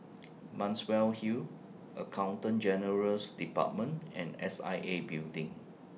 Muswell Hill Accountant General's department and S I A Building